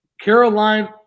Caroline